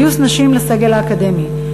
גיוס נשים לסגל האקדמי,